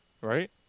Right